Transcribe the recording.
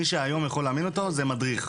מי שיכול לאמן אותו היום זה מדריך.